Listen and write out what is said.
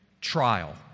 trial